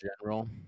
General